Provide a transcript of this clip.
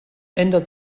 ändert